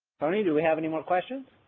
tony, do we have any more questions?